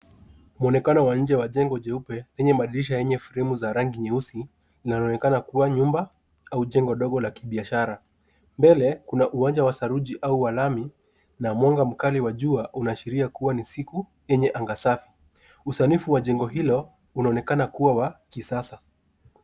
Mwonekano wa nje wa jengo jeupe lenye madirisha yenye fremu za rangi nyeusi zinaonekana kuwa nyumba au jengo dogo la kibiashara. Mbele kuna uwanja wa saruji au wa lami, na mwanga mkali wa jua unaashiria kuwa ni siku yenye anga safi. Usanifu wa jengo hilo unaonekana kuwa wa kisasa.